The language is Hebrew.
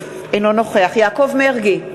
אינו נוכח יעקב מרגי,